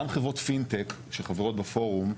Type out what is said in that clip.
גם חברות פינטק שחברות בפורום,